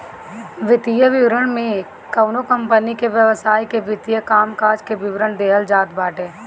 वित्तीय विवरण में कवनो कंपनी के व्यवसाय के वित्तीय कामकाज के विवरण देहल जात बाटे